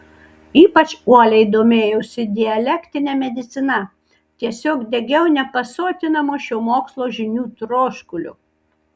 ypač uoliai domėjausi dialektine medicina tiesiog degiau nepasotinamu šio mokslo žinių troškuliu